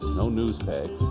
no news peg.